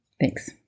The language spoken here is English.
Thanks